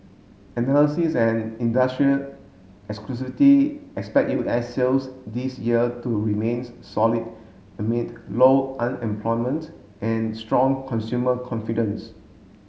analysis and industrial expect U S sales this year to remains solid amid low unemployment and strong consumer confidence